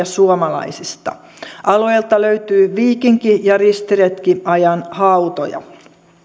suomalaisista alueelta löytyy viikinki ja ristiretkiajan hautoja